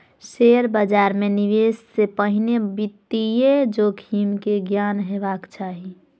share बाजार मे निवेश से पहिने वित्तीय जोखिम के ज्ञान हेबाक चाही